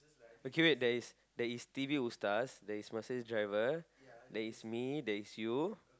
okay wait there is there is t_v who stars there is Mercedes driver there is me there is you